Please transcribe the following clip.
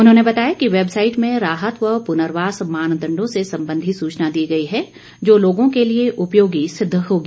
उन्होंने बताया कि वैबसाईट में राहत व पुर्नवास मानदंडों से संबंधी सूचना दी गई है जो लोगों के लिए उपयोगी सिद्ध होगी